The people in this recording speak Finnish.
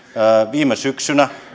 viime syksynä